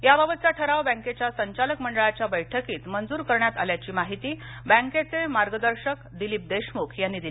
याबबातचा ठराव बँकेच्या संचालक मंडळाच्या बैठकीत मंजूर करण्यात आल्याची माहिती बँकेचे मार्गदर्शक दिलीप देशमुख यांनी दिली